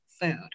food